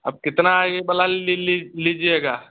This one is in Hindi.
अब कितना ये वाला ली ली लीजिएगा